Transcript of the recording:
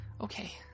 okay